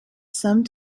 some